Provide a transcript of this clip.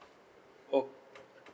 oh